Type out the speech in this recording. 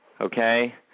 okay